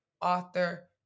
author